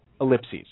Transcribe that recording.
ellipses